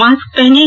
mask पहनें